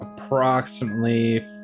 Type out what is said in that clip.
approximately